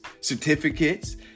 certificates